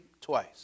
twice